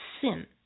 sin